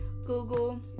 Google